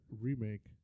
remake